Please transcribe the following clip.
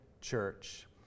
Church